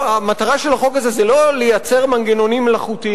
המטרה של החוק הזה זה לא לייצר מנגנונים מלאכותיים,